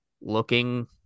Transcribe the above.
looking